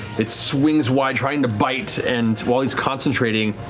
it swings wide trying to bite and while it's concentrating,